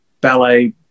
ballet